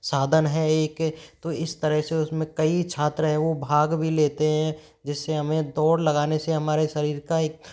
साधन है एक तो इस तरह से उसमें कई छात्र हैं वह भाग भी लेते हैं जिससे हमें दौड़ लगाने से हमारे शरीर का एक